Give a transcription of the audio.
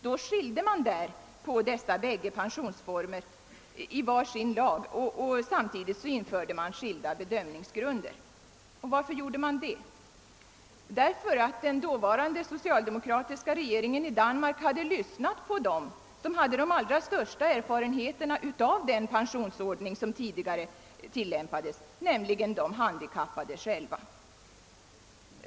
Då skilde man dessa bägge pensionsformer åt i var sin lag, och samtidigt införde man skilda bedömningsgrunder. Varför gjorde man det? Jo, därför att den dåvarande socialdemokratiska regeringen i Danmark hade lyssnat på dem som hade de allra största erfaren heterna av den pensionsordning som tidigare tillämpats, nämligen de handikappade själva.